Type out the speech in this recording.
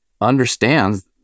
understands